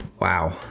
Wow